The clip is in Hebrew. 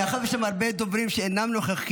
מאחר שיש לנו הרבה דוברים שאינם נוכחים,